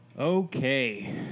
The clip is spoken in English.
Okay